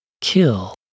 kill